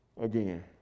again